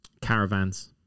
Caravans